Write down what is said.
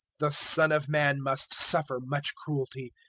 the son of man must suffer much cruelty,